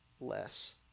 less